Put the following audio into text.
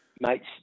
Mate's